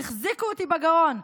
החזיקו אותי בגרון.